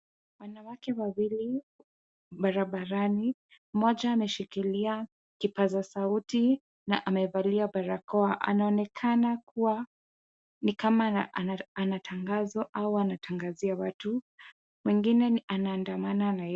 Wanawake wawili barabarani, mmoja ameshikilia kipaza sauti na amevalia barakoa, anaonekana kuwa ni kama anatangazo au anatangazia watu, mwengine anaandamana na yeye.